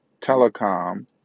Telecom